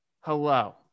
hello